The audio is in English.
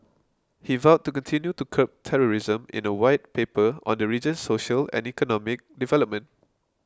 he vowed to continue to curb terrorism in a White Paper on the region's social and economic development